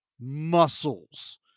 muscles